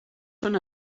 són